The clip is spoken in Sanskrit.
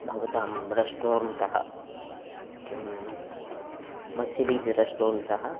भवतां रेस्टोरेण्ट्तः किं मच्चिलि इति रेस्टोरेण्ट्तः